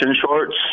shorts